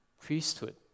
priesthood